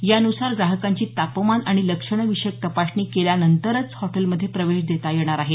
यानुसार ग्राहकांची तापमान आणि लक्षणं विषयक तपासणी केल्यानंतरच हॉटेलमधे प्रवेश देता येणार आहे